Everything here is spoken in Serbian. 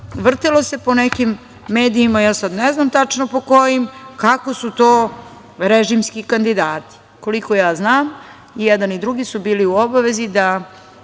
vrtelo se po nekim medijima, ja sad ne znam tačno po kojim, kako su to režimski kandidati. Koliko ja znam, i jedan i drugi su bili u obavezi da